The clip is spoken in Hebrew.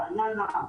רעננה,